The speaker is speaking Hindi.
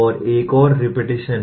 और एक और रेपेटिशन है